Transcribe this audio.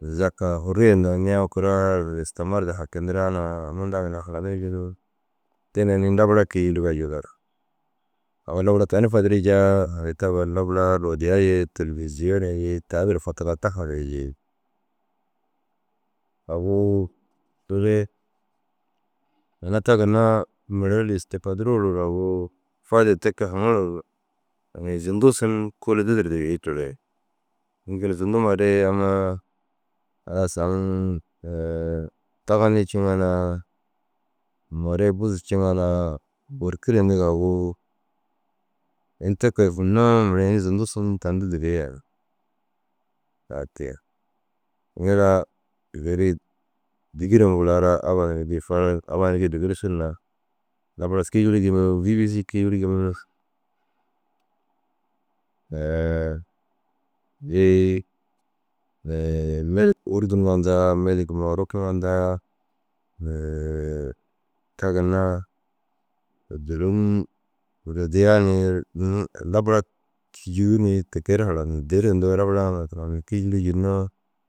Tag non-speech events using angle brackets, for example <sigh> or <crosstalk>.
zaka furuye ndaa niya kuraar istimar du hakindiraa na mundaa ginna hanirig ni. Te ni labara kîyuurigaa jillar. Awinni mura tani fadiriijaa ina ta mura labaraa rodiya ye têlbiziya ye tayii duro fatigaa ta fadirii jii. Agu bini ina ta ginna mire ru îstigfal ruu ru agu faide te haŋuruu ru ini zundu sin kôoli dururde bêi toorei. Ini dêri zundumare amma halas aŋ <hesitation> taganii niŋa na more buzu ciŋa na bôrkire indiŋa agu ini te kee hinnaa mire ini zundu sin tani dudurde bêi yaanii ai kege. Ŋila gêrip dîgirem gora na abba gii fora ni abba nuruu gii diginisiruu lar labara kîyuurig ni bîbisii kîyuurigi ni <hesitation> nii <hesitation> melik wôrdi ŋa nda melik moburuka ŋa nda <hesitation> ta ginna odu ônum rodiyaa nii duro labara kîjuu nii tiker haranir dêroo nuŋu labara hara kîyuurii jênnoo